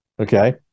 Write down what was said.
okay